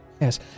Yes